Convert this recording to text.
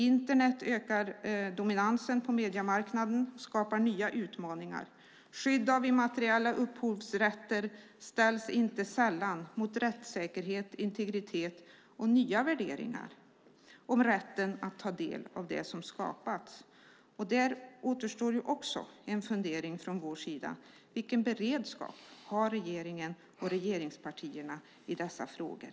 Internet ökar dominansen på mediemarknaden och skapa nya utmaningar. Skydd av immateriella upphovsrätter ställs inte sällan mot rättssäkerhet, integritet och nya värderingar i fråga om rätten att ta del av det som har skapats. Där återstår också en fundering från vår sida. Vilken beredskap har regeringen och regeringspartierna egentligen i dessa frågor?